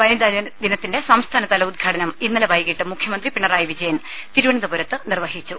വനിതാദിനത്തിന്റെ സംസ്ഥാനതല ഉദ്ഘാടനം ഇന്നലെ വൈകിട്ട് മുഖ്യമന്ത്രി പിണറായി വിജയൻ തിരുവനന്തപുരത്ത് നിർവഹിച്ചു